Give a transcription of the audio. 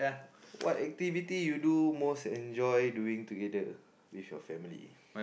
what activity you do most enjoy doing together with your family